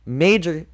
major